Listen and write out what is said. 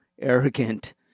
arrogant